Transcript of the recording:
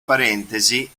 parentesi